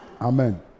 Amen